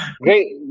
Great